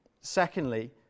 Secondly